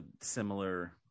similar